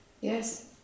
yes